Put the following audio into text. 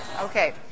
Okay